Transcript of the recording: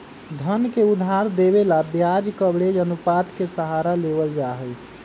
धन के उधार देवे ला ब्याज कवरेज अनुपात के सहारा लेवल जाहई